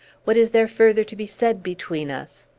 what is there further to be said between us?